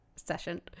session